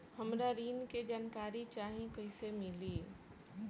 हमरा ऋण के जानकारी चाही कइसे मिली?